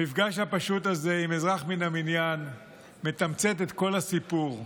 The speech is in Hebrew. המפגש הפשוט הזה עם אזרח מן המניין מתמצת את כל הסיפור.